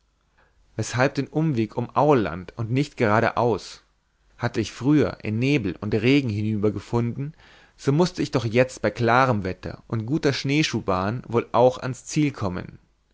weshalb den umweg um aurland und nicht geradeaus hatte ich früher in nebel und regen hinübergefunden so mußte ich doch jetzt bei klarem wetter und guter schneeschuhbahn wohl auch ans ziel kommen